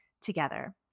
together